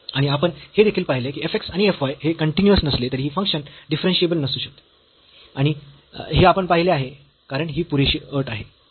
आणि आपण हे देखील पाहिले की f x आणि f y हे कन्टीन्यूअस नसले तरीही फंक्शन डिफरन्शियेबल नसू शकते हे आपण पाहिले आहे कारण ही पुरेशी अट आहे ठीक आहे